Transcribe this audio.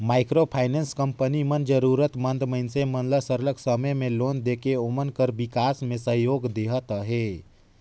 micro finance company मन जरूरत मंद मइनसे मन ल सरलग समे में लोन देके ओमन कर बिकास में सहयोग देहत अहे